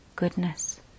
goodness